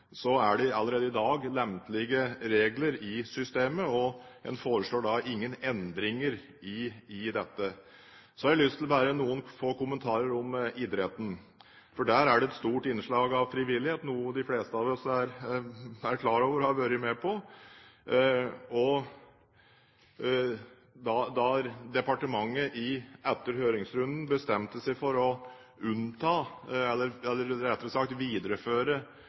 det allerede i dag er lempelige regler i systemet, og en forslår ingen endringer i dette. Så har jeg lyst til å gi bare noen få kommenterer om idretten. Der er det et stort innslag av frivillighet, noe de fleste av oss er klar over, og har vært med på. Da departementet etter høringsrunden bestemte seg for å